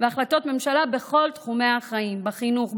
והחלטות ממשלה בכל תחומי החיים: בחינוך,